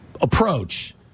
approach